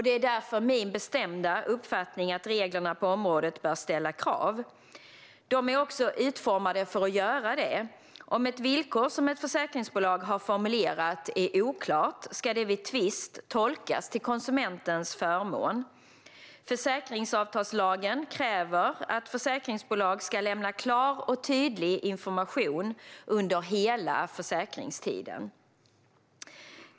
Det är därför min bestämda uppfattning att reglerna på området bör ställa krav. De är också utformade för att göra det. Om ett villkor som ett försäkringsbolag har formulerat är oklart ska det vid tvist tolkas till konsumentens förmån. Försäkringsavtalslagen kräver att försäkringsbolag ska lämna klar och tydlig information under hela försäkringstiden.